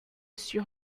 sur